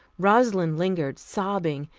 rosalind lingered, sobbing,